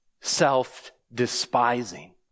self-despising